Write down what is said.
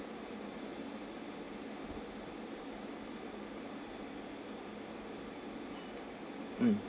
mm